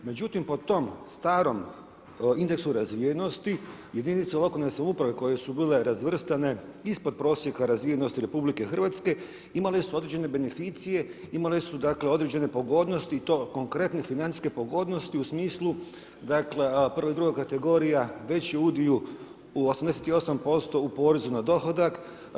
Međutim, po tom, starom indeksu razvijenosti, jedinice lokalne samouprave, koje su bile razvrstane, ispod prosjeka razvijenosti RH, imale su određene beneficije, imale su određene pogodnosti i to konkretne financijske pogodnosti, u smislu, dakle, prvo i druga kategorija, veći udio u 88% u porezu na dohodak.